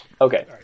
Okay